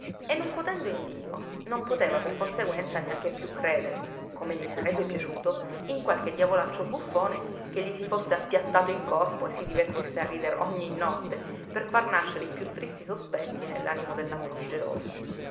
e non potendo in dio non poteva per conseguenza neanche più credere come gli sarebbe piaciuto in qualche diavolaccio buffone che gli si fosse appiattato in corpo e si divertisse a ridere ogni notte per far nascere i più tristi sospetti nell'animo della moglie gelosa